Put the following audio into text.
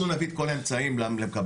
אנחנו נביא את כל האמצעים למקבלי